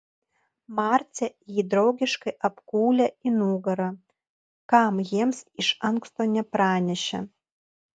marcė jį draugiškai apkūlė į nugarą kam jiems iš anksto nepranešė